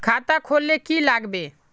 खाता खोल ले की लागबे?